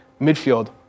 midfield